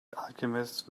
alchemist